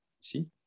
see